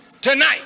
tonight